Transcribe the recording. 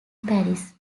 paris